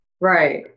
right